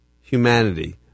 humanity